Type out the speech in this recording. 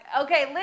Okay